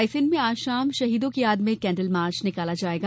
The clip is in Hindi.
रायसेन में आज शाम शहीदों की याद में कैंडल मार्च निकाला जायेगा